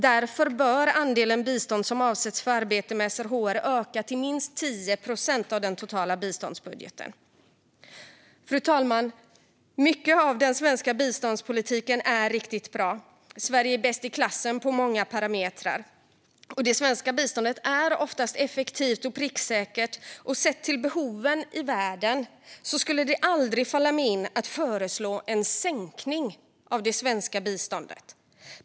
Därför bör andelen bistånd som avsätts för arbete med SRHR öka till minst 10 procent av den totala biståndsbudgeten. Fru talman! Mycket av den svenska biståndspolitiken är riktigt bra. Sverige är bäst i klassen på många parametrar. Det svenska biståndet är oftast effektivt och pricksäkert, och sett till behoven i världen skulle det aldrig falla mig in att föreslå en sänkning av det svenska biståndet.